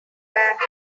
back